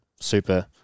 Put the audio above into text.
super